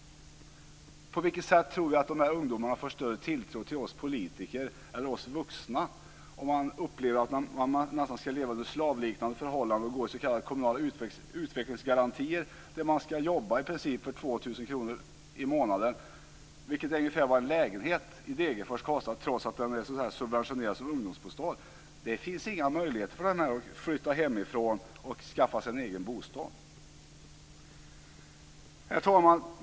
På vilket sätt tror ni att de här ungdomarna får större tilltro till oss politiker eller oss vuxna om de upplever att de ska leva under nästan slavliknande förhållanden? I s.k. kommunala utvecklingsgarantier får de i princip jobba för 2 000 kr i månaden, vilket är ungefär vad en lägenhet i Degerfors kostar trots att den är subventionerad ungdomsbostad. Det finns inga möjligheter att flytta hemifrån och skaffa sig en egen bostad. Herr talman!